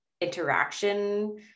interaction